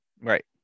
Right